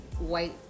white